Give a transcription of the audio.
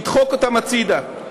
נדחק אותן הצדה.